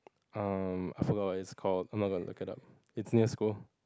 um I forgot what it's called I'm not gonna look it up it's near school